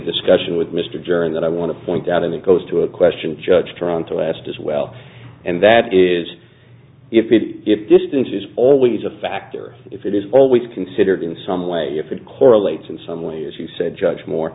discussion with mr jermyn that i want to point out of it goes to a question judge toronto asked as well and that is if the if distance is always a factor if it is always considered in some way if it correlates in some way as you said judge moore